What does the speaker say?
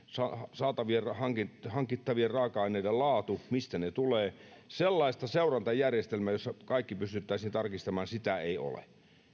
hankittavien raaka aineiden laatu ja se mistä ne tulevat sellaista seurantajärjestelmää jossa kaikki pystyttäisiin tarkistamaan ei ole